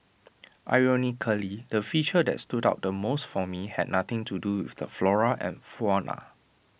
ironically the feature that stood out the most for me had nothing to do with the flora and fauna